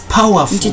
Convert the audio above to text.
powerful